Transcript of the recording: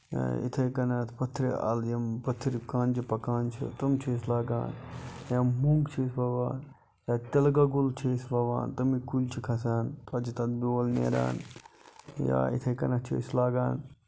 یِتھَے کَنیتھ پٔتھرِ اَل یِم پٔتھرۍ کانجہِ پَکان چھِ تٕم چھِ أسۍ لاگان یا مونگ چھِ أسۍ وَوان یا تِلہٕ گۄگُل چھِ أسۍ وَوان تَمیُک کُلی چھِ کھسان پَتہٕ چھُ تَتھ بیول نیران یا یِتھے کنیتھ چھِ أسۍ لاگان